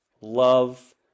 love